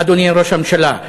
אדוני ראש הממשלה,